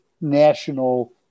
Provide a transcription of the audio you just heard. national